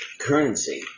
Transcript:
currency